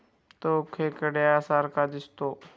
तो खेकड्या सारखा दिसतो